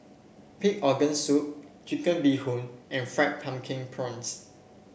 Pig Organ Soup Chicken Bee Hoon and Fried Pumpkin Prawns